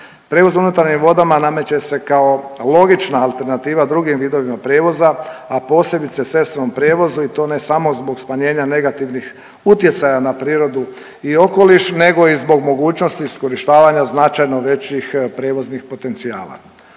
Prijevoz unutarnjim vodama nameće se kao logična alternativa drugim vidovima prijevoza, a posebice cestovnom prijevozu i to ne samo zbog smanjenja negativnih utjecaja na prirodu i okoliš nego i zbog mogućnosti iskorištavanja značajno većih prijevoznih potencijala.